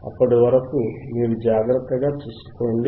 అప్పటి వరకు మీరు జాగ్రత్తగా చూసుకోండి